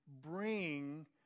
bring